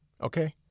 Okay